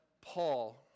Paul